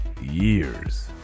years